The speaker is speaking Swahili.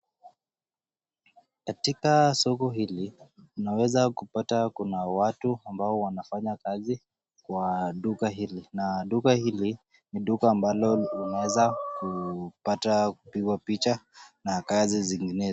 Katika soko hili unaweza kupata kuna watu ambao wanafanya kazi kwa duka hili na duka hili ni duka ambalo unaweza kupata kupigwa picha na kazi zinginezo.